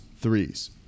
threes